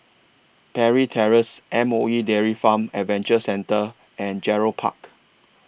Parry Terrace M O E Dairy Farm Adventure Centre and Gerald Park